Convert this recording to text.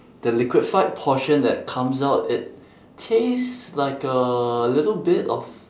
the liquefied portion that comes out it tastes like a little bit of